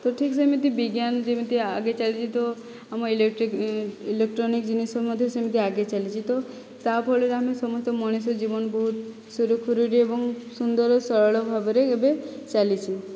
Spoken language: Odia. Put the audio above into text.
ତ ଠିକ୍ ସେମିତି ବିଜ୍ଞାନ ଯେମିତି ଆଗେଇ ଚାଲିଛି ତ ଆମ ଇଲେକ୍ଟ୍ରିକ୍ ଇଲେକଟ୍ରୋନିକ୍ ଜିନିଷ ମଧ୍ୟ ସେମିତି ଆଗେଇ ଚାଲିଛି ତ ତା' ଫଳରେ ଆମେ ସମସ୍ତେ ମଣିଷ ଜୀବନ ବହୁତ ସୁରୁଖୁରୁରେ ଏବଂ ସୁନ୍ଦର ସରଳ ଭାବରେ ଏବେ ଚାଲିଛି